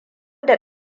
da